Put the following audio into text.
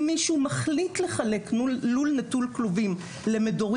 אם מישהו מחליט לחלק מול לול נטול כלובים למדורים